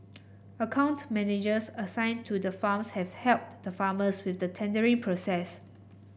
account managers assigned to the farms have helped the farmers with the tendering process